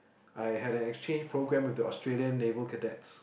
I had an exchange programme with the Australian naval cadets